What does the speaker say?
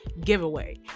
giveaway